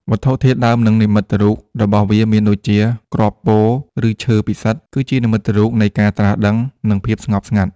វត្ថុធាតុដើម និងនិមិត្តរូបរបស់វាមានដូចជា គ្រាប់ពោធិ៍ ឬឈើពិសិដ្ឋ គឺជានិមិត្តរូបនៃការត្រាស់ដឹង និងភាពស្ងប់ស្ងាត់។